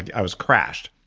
i was crashed.